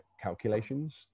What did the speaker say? calculations